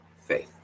faith